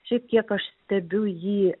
šiaip kiek aš stebiu jį